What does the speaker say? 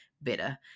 better